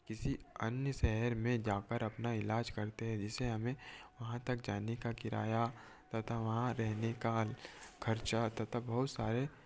किसी अन्य शहर में जाकर अपना ईलाज करते हैं जिससे हमें वहाँ तक जाने का किराया तथा वहाँ रहने का खर्चा तथा बहुत सारे